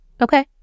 Okay